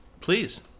Please